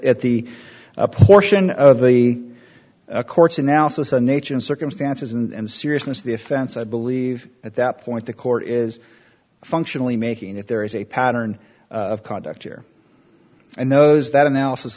at the portion of the court's analysis in nature and circumstances and seriousness of the offense i believe at that point the court is functionally making if there is a pattern of conduct here and those that analysis